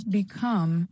become